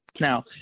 now